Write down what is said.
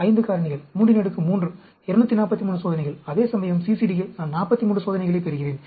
5 காரணிகள் 33 243 சோதனைகள் அதேசமயம் CCD யில் நான் 43 சோதனைகளைப் பெறுகிறேன்